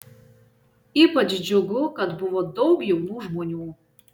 ypač džiugų kad buvo daug jaunų žmonių